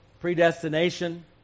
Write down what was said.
predestination